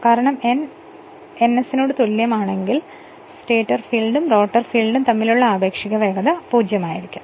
കാരണം n ns ആണെങ്കിൽ stator ഫീൽഡും റോട്ടർ വിൻഡിംഗും തമ്മിലുള്ള ആപേക്ഷിക വേഗത 0 ആയിരിക്കും